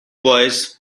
boys